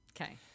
Okay